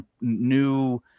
new